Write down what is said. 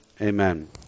Amen